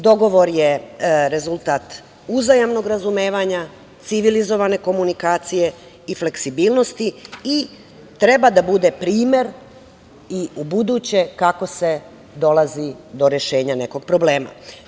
Dogovor je rezultat uzajamnog razumevanja, civilizovane komunikacije i fleksibilnosti i treba da bude primer i ubuduće kako se dolazi do rešenja nekog problema.